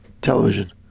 Television